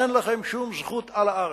אין לכם שום זכות על הארץ.